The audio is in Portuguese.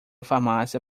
farmácia